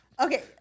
Okay